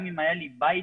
גם אם היה לי בית